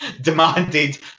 demanded